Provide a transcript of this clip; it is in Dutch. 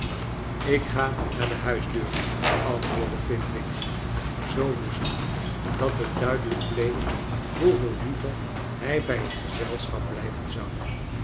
k ga naar de huisdeur antwoordde flintwinch zoo woest dat het duidelijk bleek hoeveel liever hij bij het gezelschap blijven zou